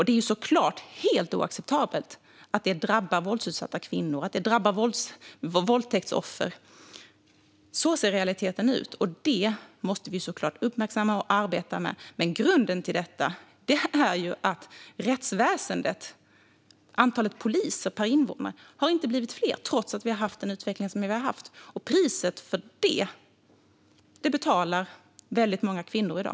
Det är såklart helt oacceptabelt att det drabbar våldsutsatta kvinnor och att det drabbar våldtäktsoffer. Så ser realiteten ut. Det måste vi uppmärksamma och arbeta med. Men grunden till detta är rättsväsendet och att antalet poliser per invånare inte har blivit fler, trots den utveckling vi har haft. Priset för det betalar väldigt många kvinnor i dag.